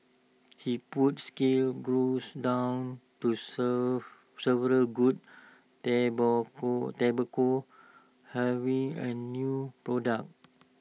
he put scale growth down to so several good tobacco tobacco harvests and new products